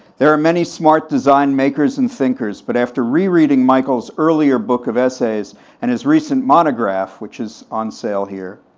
there are many smart design makers and thinkers, but after rereading michael's earlier book of essays and his recent monograph which is on sale here,